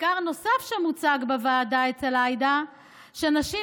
מחקר נוסף שמוצג בוועדה אצל עאידה הוא שנשים